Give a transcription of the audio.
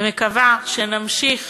ומקווה שנמשיך